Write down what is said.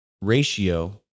ratio